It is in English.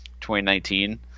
2019